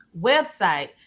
website